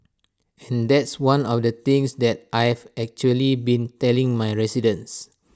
and that's one of the things that I have actually been telling my residents